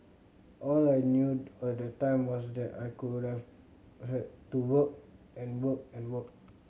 all I knew at that time was that I could have had to work and work and work